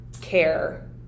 care